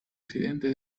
occidente